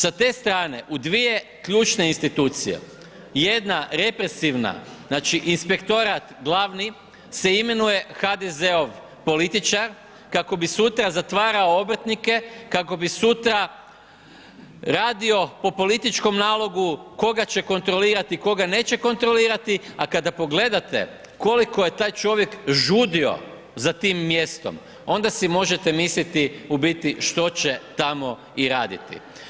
Sa te strane u dvije ključne institucije, jedna represivna, znači, inspektorat glavni se imenuje HDZ-ov političar, kako bi sutra zatvarao obrtnike, kako bi sutra radio po političkom nalogu koga će kontrolirati, koga neće kontrolirati, a kada pogledate koliko je taj čovjek žudio za tim mjestom, onda si možete misliti u biti što će tamo i raditi.